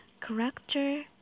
character